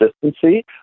consistency